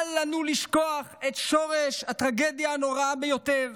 אל לנו לשכוח את שורש הטרגדיה הנוראה ביותר,